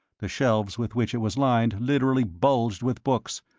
the shelves with which it was lined literally bulged with books,